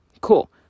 cool